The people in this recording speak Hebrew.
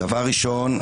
דבר ראשון,